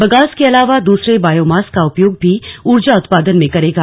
bagasse के अलावा दूसरे बायोमास का उपयोग भी ऊर्जा उत्पादन में करेगा